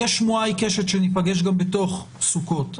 יש שמועה עיקשת שניפגש גם בתוך סוכות,